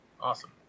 Awesome